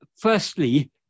Firstly